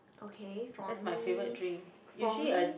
okay for me for me